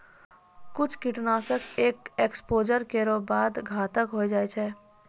कुछ कीट नाशक एक एक्सपोज़र केरो बाद घातक होय जाय छै